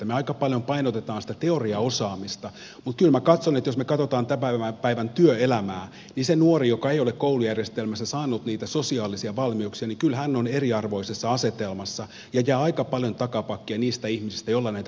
me aika paljon painotamme sitä teoriaosaamista mutta kyllä minä katson että jos katsomme tämän päivän työelämää niin se nuori joka ei ole koulujärjestelmässä saanut niitä sosiaalisia valmiuksia on kyllä eriarvoisessa asetelmassa ja jää aika paljon takapakkia niistä ihmisistä joilla näitä valmiuksia on